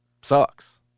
sucks